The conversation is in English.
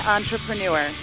Entrepreneur